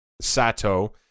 Sato